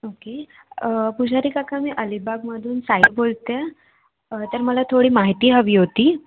okay पुजारी काका मी अलीबागमधून साई बोलते आहे तर मला थोडी माहिती हवी होती